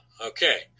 okay